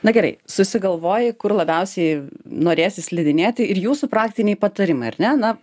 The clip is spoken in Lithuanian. na gerai susigalvoji kur labiausiai norėsi slidinėti ir jūsų praktiniai patarimai ar ne na